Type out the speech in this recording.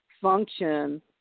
function